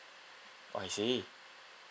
oh I see